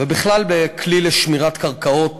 ובכלל לכלי לשמירת קרקעות